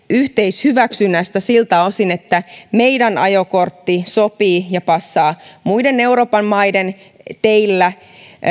yhteishyväksynnästä siltä osin että meidän ajokorttimme sopii ja passaa muiden euroopan maiden teillä